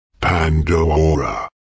Pandora